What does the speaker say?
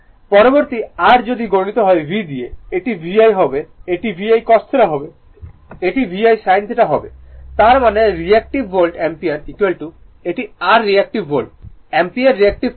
পরবর্তী r যদি গুণিত হয় V দিয়ে এটি VI হবে এটি VI cos θ হবে এটি VI sin θ হবে তার মানে রিএক্টিভ ভোল্ট অ্যাম্পিয়ার এটি r reactive volt ampere reactive পাওয়ার